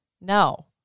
No